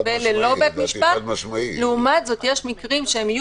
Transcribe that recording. לפטרונות הערכית שיש בו?